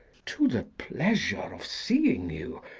to the pleasure of seeing you,